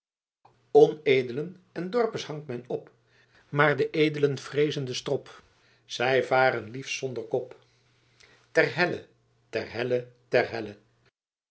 onedelen en dorpers hangt men op maar de edelen vreezen den strop zij varen liefst zonder kop ter helle ter helle